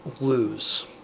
lose